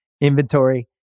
inventory